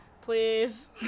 Please